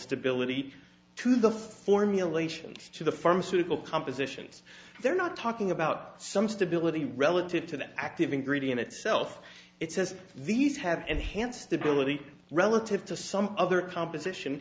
stability to the formulation to the pharmaceutical compositions they're not talking about some stability relative to the active ingredient itself it says these have and hence the ability relative to some other composition